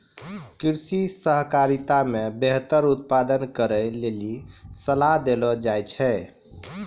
कृषि सहकारिता मे बेहतर उत्पादन करै लेली सलाह देलो जाय छै